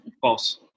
False